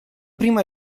prima